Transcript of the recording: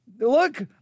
look